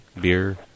beer